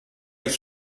ich